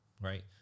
right